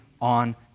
on